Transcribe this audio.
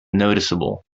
noticeable